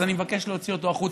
אז אני מבקש להוציא אותו החוצה.